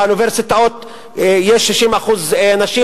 באוניברסיטאות יש 60% נשים,